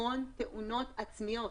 המון תאונות עצמיות.